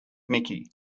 mickey